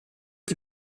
die